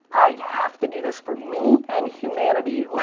i have to do this for me and humanity,